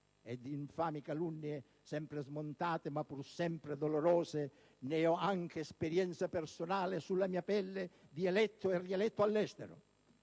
di infami calunnie, sempre smontate ma pur sempre dolorose, ne ho anche esperienza personale sulla mia pelle di eletto e rieletto all'estero;